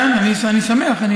כן, אני שמח.